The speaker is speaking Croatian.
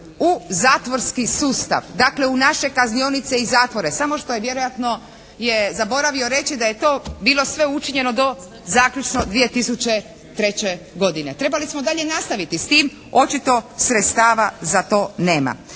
u zatvorski sustav. Dakle u naše kaznionice i zatvore. Samo što je vjerojatno je zaboravio reći da je to bilo sve učinjeno do zaključno 2003. godine. Trebali smo dalje nastaviti s tim. Očito sredstava za to nema.